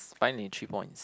finally three points